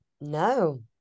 no